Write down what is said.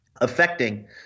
affecting